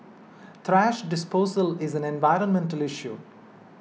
thrash disposal is an environmental issue